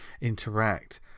interact